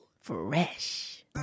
Fresh